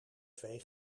twee